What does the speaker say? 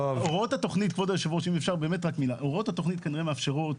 הוראות התכנון כנראה מאפשרות,